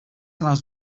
allows